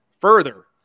Further